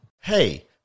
Hey